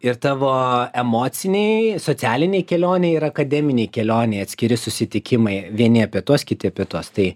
ir tavo emocinėj socialinėj kelionėj ir akademinėj kelionėj atskiri susitikimai vieni apie tuos kiti apie tuos tai